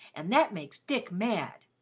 and that makes dick mad.